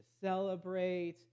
celebrate